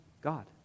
God